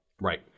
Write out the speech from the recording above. Right